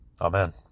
Amen